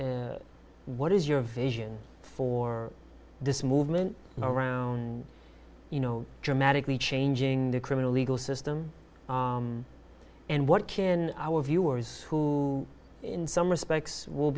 what is your vision for this movement around you know dramatically changing the criminal legal system and what can our viewers who in some respects will